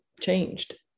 changed